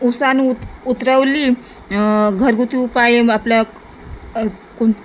उसण उत उतरवली घरगुती उपाय आपल्या कोण